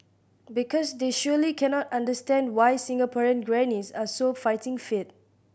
because they surely cannot understand why Singaporean grannies are so fighting fit